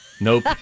nope